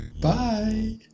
Bye